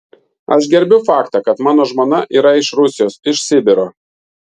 aš gerbiu faktą kad mano žmona yra iš rusijos iš sibiro